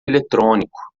eletrônico